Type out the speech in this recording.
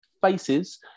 faces